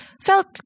felt